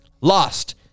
Lost